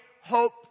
hope